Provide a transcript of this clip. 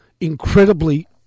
incredibly